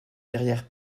derrière